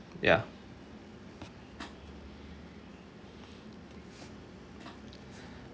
ya